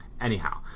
Anyhow